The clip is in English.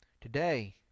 Today